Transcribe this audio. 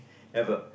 ever